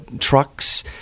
trucks